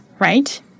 right